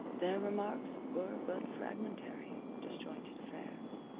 their remarks were but fragmentary, disjointed affairs,